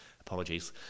apologies